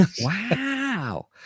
Wow